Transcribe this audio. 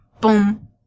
boom